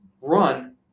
run